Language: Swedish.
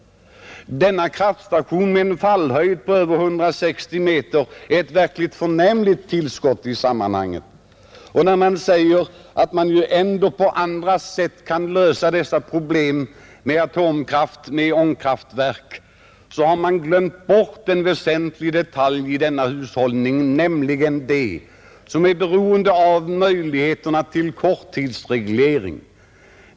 Denna kraftstation med en fallhöjd på över 160 meter är ett verkligt förnämligt tillskott i sammanhanget. Och när man säger att det ändå är möjligt att lösa dessa problem på annat sätt — med atomkraftverk och ångkraftverk — har man glömt bort en väsentlig detalj i denna hushållning, nämligen de fall då man är beroende av möjligheterna till korttidsreglering.